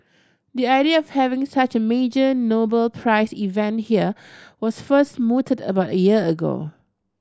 the idea of having such a major Nobel Prize event here was first mooted about a year ago